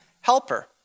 helper